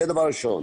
זה דבר ראשון.